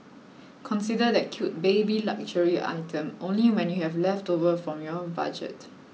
consider that cute baby luxury item only when you have leftovers from your own budget